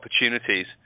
opportunities